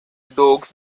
dogs